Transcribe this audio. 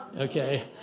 okay